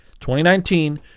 2019